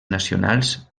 nacionals